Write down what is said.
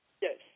Yes